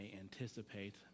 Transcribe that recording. anticipate